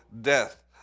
death